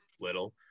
little